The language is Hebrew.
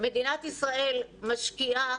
מדינת ישראל משקיעה